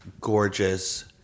gorgeous